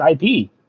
IP